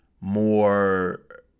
more